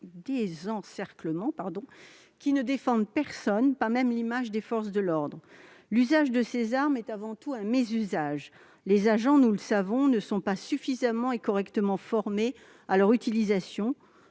désencerclement, qui ne défendent personne, pas même l'image des forces de l'ordre. L'usage de ces armes est avant tout un mésusage. Les agents, nous le savons, ne sont pas suffisamment et correctement formés à leur utilisation